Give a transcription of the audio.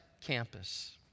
campus